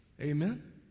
Amen